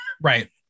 Right